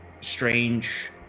strange